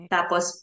Tapos